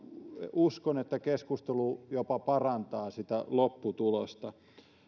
uskon että keskustelu jopa parantaa sitä lopputulosta